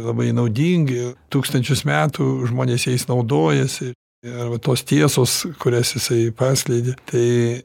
labai naudingi tūkstančius metų žmonės jais naudojasi ir va tos tiesos kurias jisai paskleidė tai